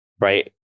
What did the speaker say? right